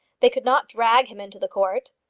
they could not drag him into the court.